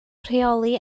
rheoli